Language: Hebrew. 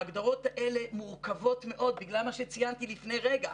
ההגדרות האלה מורכבות מאוד בגלל מה שציינתי לפני רגע.